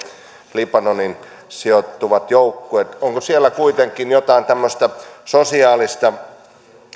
libanoniin sijoittuvat joukkueet onko siellä kuitenkin joitain tämmöisiä sosiaalisia